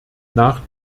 nach